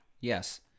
Yes